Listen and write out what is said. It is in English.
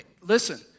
Listen